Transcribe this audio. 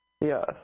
Yes